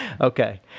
Okay